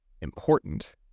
important